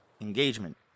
Engagement